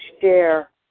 share